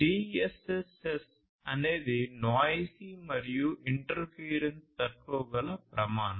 DSSS అనేది noisy మరియు interference తట్టుకోగల ప్రమాణం